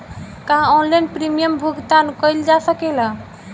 का online premium भुगतान कईल जा सकेला?